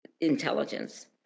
intelligence